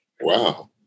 wow